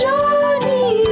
Johnny